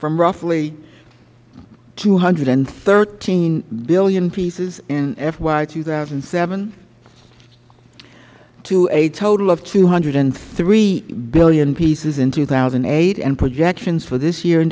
from roughly two hundred and thirteen billion pieces in fiscal year two thousand and seven to a total of two hundred and three billion pieces in two thousand and eight and projections for this year in